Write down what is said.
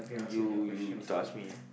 you you need to ask me